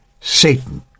Satan